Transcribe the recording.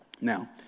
Now